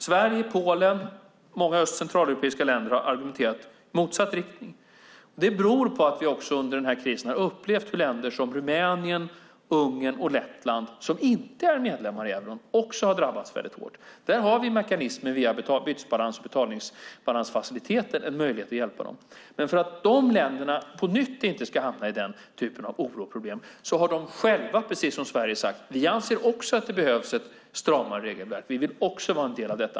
Sverige, Polen och många öst och centraleuropeiska länder har argumenterat i motsatt riktning. Det beror på att vi under den här krisen har upplevt hur länder som Rumänien, Ungern och Lettland, som inte är euromedlemmar, också har drabbats hårt. Där har vi mekanismer som via bytesbalans och betalningsbalansfaciliteter gör det möjligt för oss att hjälpa dem. För att de länderna inte på nytt ska hamna i den typen av oro och problem har de själva, precis som Sverige, sagt att de anser att det behövs ett stramare regelverk och att de också vill vara en del av det.